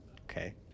Okay